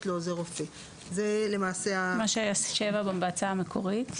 לעוזר רופא זה מה שהיה 7(א) בהצעה המקורית?